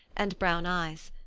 and brown eyes.